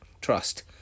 trust